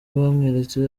bamweretse